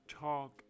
talk